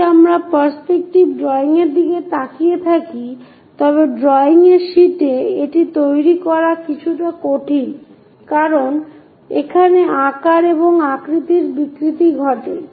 যদি আমরা perspective drawing এর দিকে তাকিয়ে থাকি তবে ড্রয়িং শীটে এটি তৈরি করা কিছুটা কঠিন কারণ এখানে আকার এবং আকৃতির বিকৃতি ঘটে